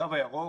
הקו הירוק